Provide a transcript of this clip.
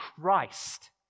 Christ